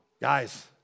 Guys